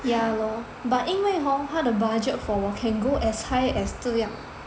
ya lor but 因为 hor 他的 budget for 我 can go as high as 这样